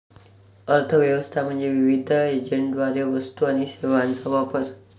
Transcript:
अर्थ व्यवस्था म्हणजे विविध एजंटद्वारे वस्तू आणि सेवांचा वापर